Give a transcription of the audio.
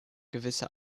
gewisse